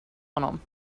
honom